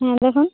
হুম দেখুন